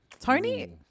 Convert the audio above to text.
Tony